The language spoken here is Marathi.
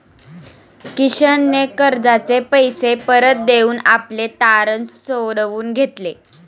किशनने कर्जाचे पैसे परत देऊन आपले तारण सोडवून घेतले